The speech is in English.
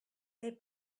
they